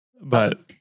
but-